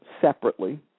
separately